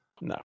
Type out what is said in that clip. no